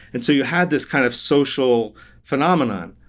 and so you had this kind of social phenomenon.